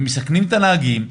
הם מסכנים את הנהגים,